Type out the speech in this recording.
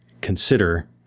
consider